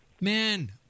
Man